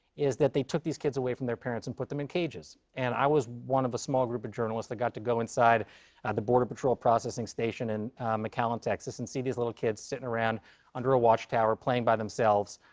is that they took these kids away from their parents and put them in cages. and i was one of the small group of journalists that got to go inside the border patrol processing station in mcallen, texas, and see these little kids sitting around under a watch tower, playing by themselves,